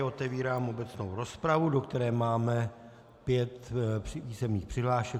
Otevírám obecnou rozpravu, do které máme pět písemných přihlášek.